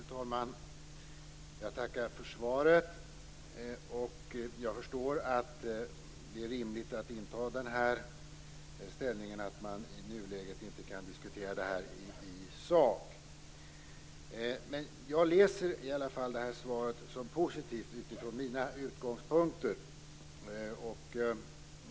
Fru talman! Jag tackar för svaret, och jag förstår att det är rimligt att justitieministern gör ställningstagandet att man i nuläget inte kan diskutera detta i sak. Jag läser i alla fall detta svar som positivt utifrån mina utgångspunkter.